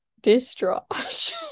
distraught